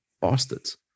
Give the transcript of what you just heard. Bastards